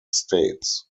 states